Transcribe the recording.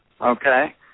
okay